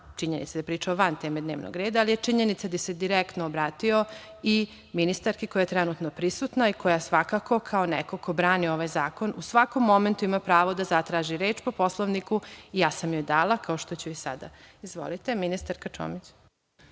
činjenice, da je pričao van teme dnevnog reda, ali je činjenica da se direktno obratio i ministarki koja je trenutno prisutna i koja svakako kao neko ko brani ovaj zakon u svakom momentu ima pravo da zatraži reč po Poslovniku. Ja sam joj dala, kao što ću i sada. Ministarka Čomić,